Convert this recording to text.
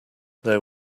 there